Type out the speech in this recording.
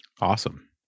Awesome